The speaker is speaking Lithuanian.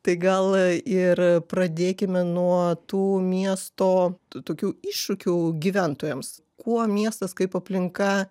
tai gal ir pradėkime nuo tų miesto tų tokių iššūkių gyventojams kuo miestas kaip aplinka